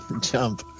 jump